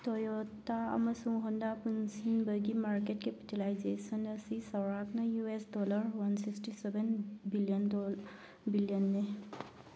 Toyota ꯑꯃꯁꯨꯡ ꯍꯣꯟꯗꯥ ꯄꯨꯟꯁꯤꯟꯕꯒꯤ ꯃꯥꯔꯀꯦꯠ ꯀꯦꯄꯤꯇꯦꯂꯥꯏꯖꯦꯁꯟ ꯑꯁꯤ ꯆꯧꯔꯥꯛꯅ U S dollar one sixty seven billion ꯕꯤꯂꯤꯌꯟꯅꯤ